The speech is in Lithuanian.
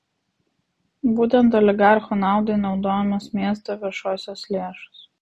būtent oligarchų naudai naudojamos miesto viešosios lėšos